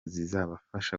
zizabafasha